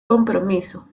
compromiso